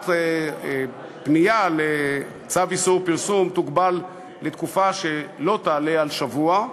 שפנייה לצו איסור פרסום תוגבל לתקופה שלא תעלה על שבוע,